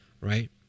right